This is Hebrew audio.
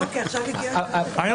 גם